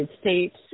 States